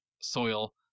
soil